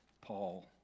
Paul